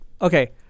okay